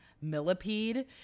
Millipede